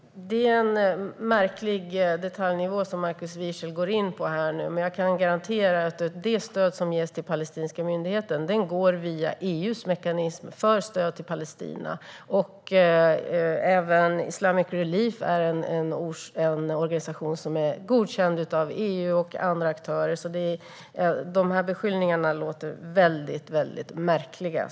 Herr talman! Det är en märklig detaljnivå som Markus Wiechel går in på. Jag kan garantera att det stöd som ges till palestinska myndigheten går via EU:s mekanism för stöd till Palestina. Även Islamic Relief är godkänd av EU och andra aktörer. Markus Wiechels beskyllningar är därför mycket märkliga.